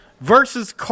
versus